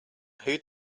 who